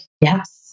yes